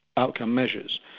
outcome measures,